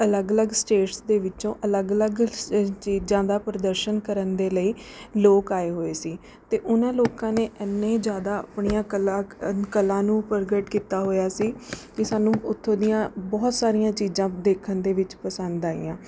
ਅਲੱਗ ਅਲੱਗ ਸਟੇਟਸ ਦੇ ਵਿੱਚੋਂ ਅਲੱਗ ਅਲੱਗ ਸ ਚੀਜ਼ਾਂ ਦਾ ਪ੍ਰਦਰਸ਼ਨ ਕਰਨ ਦੇ ਲਈ ਲੋਕ ਆਏ ਹੋਏ ਸੀ ਅਤੇ ਉਹਨਾਂ ਲੋਕਾਂ ਨੇ ਇੰਨੇ ਜ਼ਿਆਦਾ ਆਪਣੀਆਂ ਕਲਾ ਕਲਾ ਨੂੰ ਪ੍ਰਗਟ ਕੀਤਾ ਹੋਇਆ ਸੀ ਕਿ ਸਾਨੂੰ ਉੱਥੋਂ ਦੀਆਂ ਬਹੁਤ ਸਾਰੀਆਂ ਚੀਜ਼ਾਂ ਦੇਖਣ ਦੇ ਵਿੱਚ ਪਸੰਦ ਆਈਆਂ